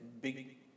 big